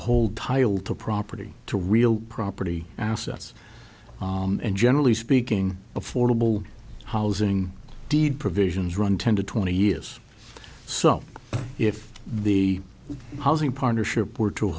hold title to property to real property assets and generally speaking affordable housing deed provisions run ten to twenty years so if the housing partnership